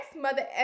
mother